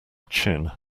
chin